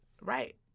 Right